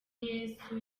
yesu